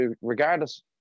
regardless